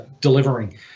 delivering